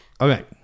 Okay